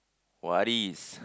what is